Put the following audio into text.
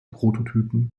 prototypen